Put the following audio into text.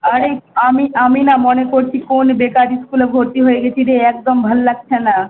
আরে আমি আমি না মনে করছি কোন বেকার স্কুলে ভর্তি হয়ে গেছি রে একদম ভাল লাগছে না